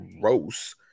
gross